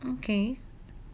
okay